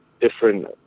different